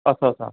असं असं